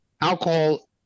alcohol